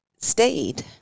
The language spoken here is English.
stayed